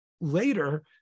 later